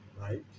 Right